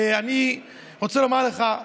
ואני רוצה לומר לך,